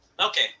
Okay